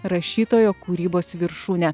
rašytojo kūrybos viršūne